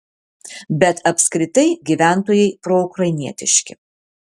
bet apskritai gyventojai proukrainietiški